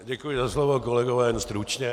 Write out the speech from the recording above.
Děkuji za slovo, kolegové, jen stručně.